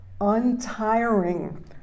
untiring